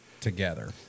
together